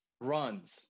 runs